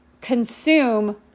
consume